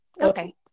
okay